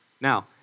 Now